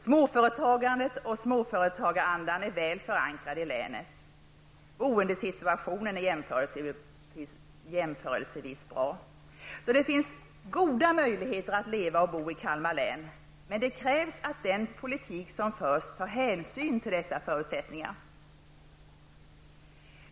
Småföretagandet och småföretagarandan är väl förankrad i länet. Boendesituationen är jämförelsevis bra. Det finns således goda möjligheter att leva och bo i Kalmar län, men det krävs att den politik som förs tar hänsyn till dessa förutsättningar.